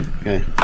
Okay